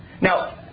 Now